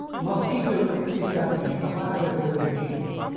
the mosquito quickly established a high record of achievement,